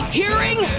hearing